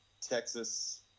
Texas